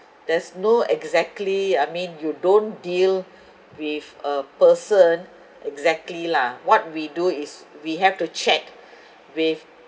there's no exactly I mean you don't deal with a person exactly lah what we do is we have to chat with